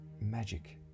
magic